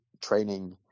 training